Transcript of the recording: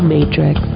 Matrix